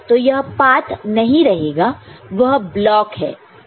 तो यह पात नहीं रहेगा वह ब्लॉक है